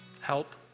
help